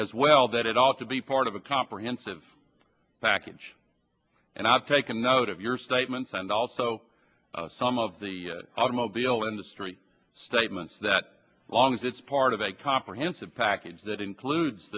as well that it ought to be part of a comprehensive package and i've taken note of your statements and also some of the automobile industry statements that long as it's part of a comprehensive package that includes